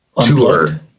tour